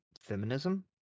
feminism